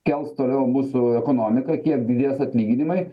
kels toliau mūsų ekonomiką kiek didės atlyginimai